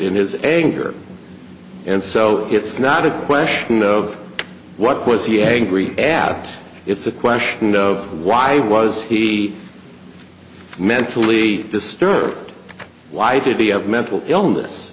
in his anger and so it's not a question of what was he angry at it's a question of why was he mentally disturbed why did he have mental illness